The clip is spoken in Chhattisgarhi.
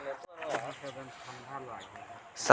समाजिक योजना ला कोन हर चलाथ हे?